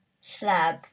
slab